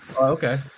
Okay